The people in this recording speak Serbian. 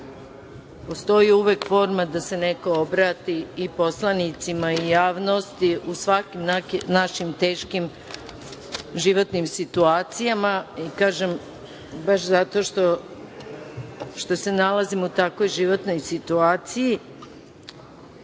Postoji uvek forma da se neko obrati i poslanicima i javnosti o svim našim teškim životnim situacijama. Kažem, baš zato što se nalazim u takvoj životnoj situaciji,